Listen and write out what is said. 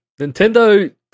nintendo